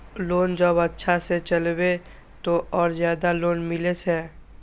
Loan जब अच्छा से चलेबे तो और ज्यादा लोन मिले छै?